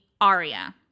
Aria